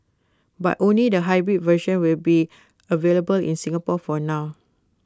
but only the hybrid version will be available in Singapore for now